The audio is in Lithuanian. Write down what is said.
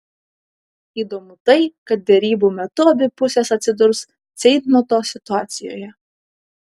įdomu tai kad derybų metu abi pusės atsidurs ceitnoto situacijoje